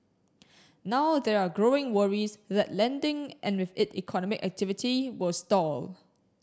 now there are growing worries that lending and with it economic activity will stall